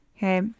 Okay